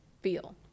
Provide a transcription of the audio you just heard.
feel